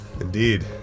Indeed